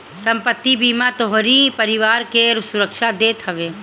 संपत्ति बीमा तोहरी परिवार के सुरक्षा देत हवे